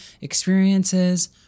experiences